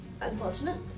unfortunate